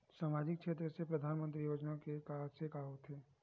सामजिक क्षेत्र से परधानमंतरी योजना से का होथे?